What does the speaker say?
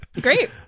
Great